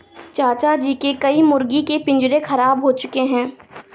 चाचा जी के कई मुर्गी के पिंजरे खराब हो चुके हैं